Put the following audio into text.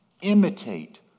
imitate